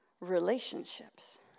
relationships